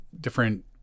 different